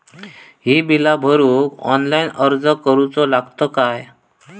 ही बीला भरूक ऑनलाइन अर्ज करूचो लागत काय?